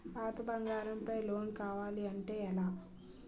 పాత బంగారం పై లోన్ కావాలి అంటే ఎలా?